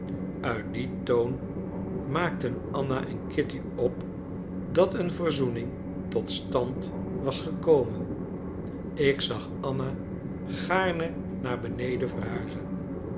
uit dien toon maakten anna en kitty op dat een verzoening tot stand was gekomen ik zag anna gaarne naar beneden verhuizen